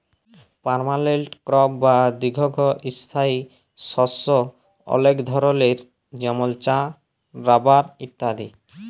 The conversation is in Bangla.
পার্মালেল্ট ক্রপ বা দীঘ্ঘস্থায়ী শস্য অলেক ধরলের যেমল চাঁ, রাবার ইত্যাদি